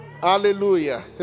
Hallelujah